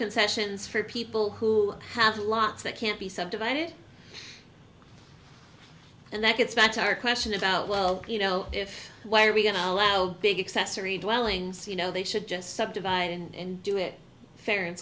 concessions for people who have lots that can't be subdivided and that it's not our question about well you know if why are we going to allow big accessory dwellings you know they should just subdivide and do it fair and